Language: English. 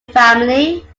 family